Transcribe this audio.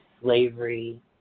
slavery